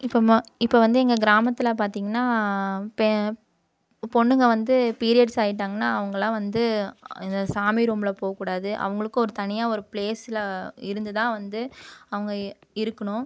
இப்போ ம இப்போ வந்து எங்கள் கிராமத்தில் பார்த்திங்கன்னா பே பொண்ணுங்க வந்து பீரியட்ஸ் ஆகிட்டாங்கன்னா அவங்கள்லாம் வந்து இந்த சாமி ரூமில் போக்கூடாது அவங்களுக்கு ஒரு தனியா ஒரு ப்ளேஸில் இருந்து தான் வந்து அவங்க இருக்கணும்